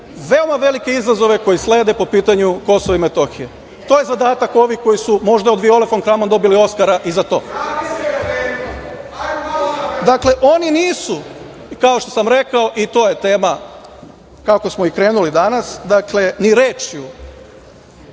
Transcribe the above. veoma velike izazove koji slede po pitanju Kosova i Metohije. To je zadatak ovih koji su možda od Viole fon Kramon dobili Oskara i za to. Dakle, oni nisu kao što sam rekao, i to je tema kako smo i krenuli danas ni rečju